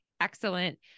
Excellent